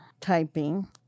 typing